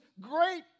great